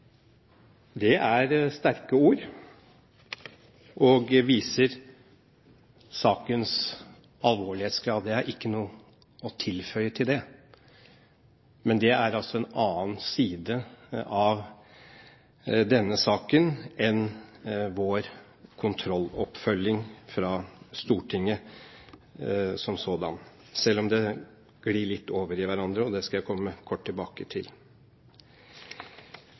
Det er sterke ord og viser sakens alvorlighetsgrad. Jeg har ikke noe å tilføye til det, men det er altså en annen side av denne saken enn vår kontrolloppfølging fra Stortinget som sådan, selv om det glir litt over i hverandre. Det skal jeg komme kort tilbake til.